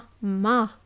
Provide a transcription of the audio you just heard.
ma